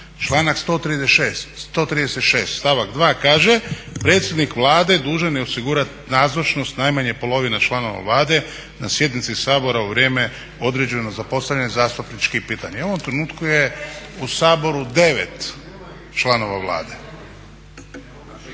članak 136. stavak 2. kaže: "Predsjednik Vlade dužan je osigurati nazočnost najmanje polovine članova Vlade na sjednici Sabora u vrijeme određeno za postavljanje zastupničkih pitanja." I u ovom trenutku je u Saboru 9 članova Vlade.